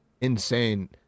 insane